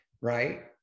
right